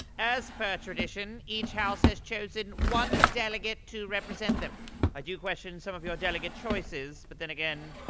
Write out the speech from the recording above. as per tradition, each house has chosen one delegate to represent them i do question some of your delegate choices, but then again,